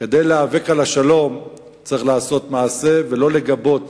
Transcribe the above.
כדי להיאבק על השלום צריך לעשות מעשה, ולא לגבות